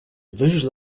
visual